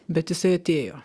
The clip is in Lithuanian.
bet jisai atėjo